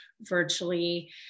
virtually